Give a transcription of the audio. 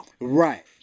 Right